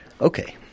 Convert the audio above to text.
Okay